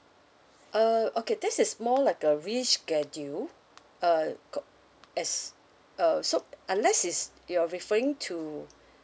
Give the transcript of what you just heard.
err okay this is more like a reschedule uh co~ as err so unless it's you are referring to